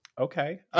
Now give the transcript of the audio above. Okay